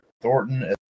Thornton